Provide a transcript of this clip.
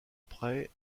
prêt